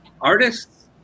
Artists